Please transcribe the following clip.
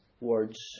words